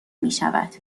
میشود